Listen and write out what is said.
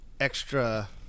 extra